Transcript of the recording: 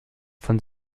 von